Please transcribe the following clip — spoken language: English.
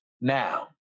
Now